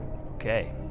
Okay